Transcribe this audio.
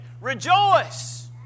Rejoice